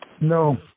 No